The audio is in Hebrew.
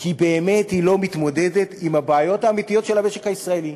כי באמת היא לא מתמודדת עם הבעיות האמיתיות של המשק הישראלי.